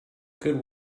good